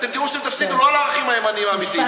אתם תראו שאתם תפסידו לא לערכים הימניים האמיתיים.